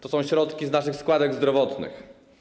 To są środki z naszych składek zdrowotnych.